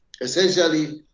essentially